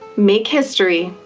make history,